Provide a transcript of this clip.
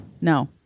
No